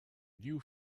new